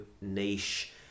niche